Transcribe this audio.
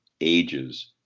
ages